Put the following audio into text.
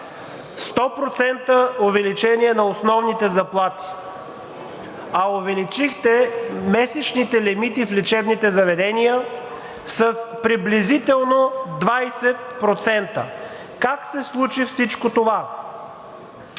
100% увеличение на основните заплати, а увеличихте месечните лимити в лечебните заведения с приблизително 20%. Как се случи всичко това?